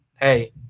hey